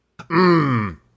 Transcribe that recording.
Mmm